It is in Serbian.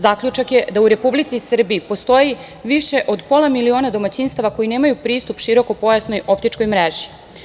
Zaključak je da u Republici Srbiji postoji više od pola miliona domaćinstava koji nemaju pristup širokopojasnoj optičkoj mreži.